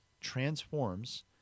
transforms